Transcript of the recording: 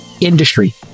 industry